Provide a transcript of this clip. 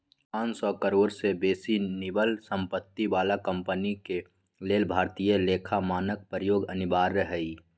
पांन सौ करोड़ से बेशी निवल सम्पत्ति बला कंपनी के लेल भारतीय लेखा मानक प्रयोग अनिवार्य हइ